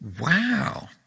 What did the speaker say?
Wow